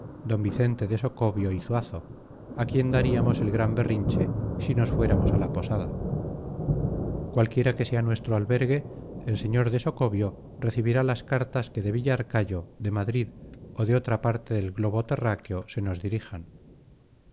d vicente de socobio y zuazo a quien daríamos el gran berrinche si nos fuéramos a la posada cualquiera que sea nuestro albergue el sr de socobio recibirá las cartas que de villarcayo de madrid o de otra parte del globo terráqueo se nos dirijan